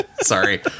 Sorry